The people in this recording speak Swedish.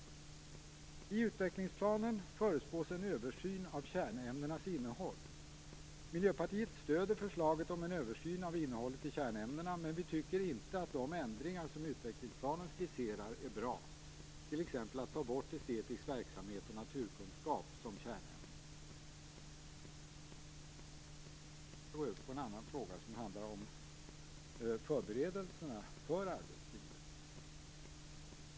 I utvecklingsplanen förespås en översyn av kärnämnenas innehåll. Vi i Miljöpartiet stöder förslaget om en översyn av innehållet i kärnämnena, men vi tycker inte att de ändringar som utvecklingsplanen skisserar är bra - t.ex. borttagandet av estetisk verksamhet och naturkunskap som kärnämnen. Sedan skall jag gå över till frågan om förberedelser för arbetslivet.